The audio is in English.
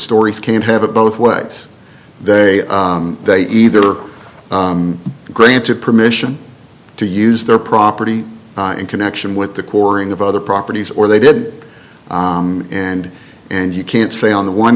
stories can't have it both ways they they either granted permission to use their property in connection with the coring of other properties or they did and and you can't say on the one